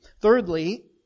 Thirdly